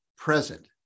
present